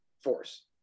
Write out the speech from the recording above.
force